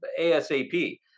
ASAP